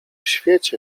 świecie